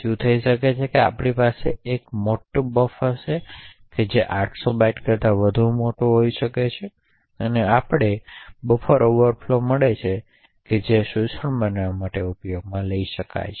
શું થઈ શકે છે કે આપણી પાસે એક મોટો બફ હશે જે 800 બાઇટ્સ કરતાં વધુ મોટો હોઈ શકે છે તેથી આપણે બફર ઓવરફ્લો મળે જે પછી શોષણ બનાવવા માટે ઉપયોગમાં લઈ શકાય છે